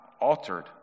altered